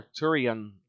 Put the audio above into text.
Arcturian